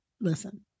listen